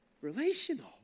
relational